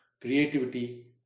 creativity